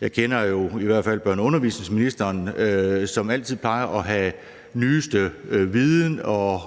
Jeg kender jo i hvert fald børne- og undervisningsministeren, som altid plejer at have nyeste viden og